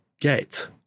get